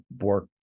work